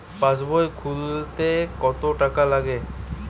পাশবই খুলতে কতো টাকা লাগে?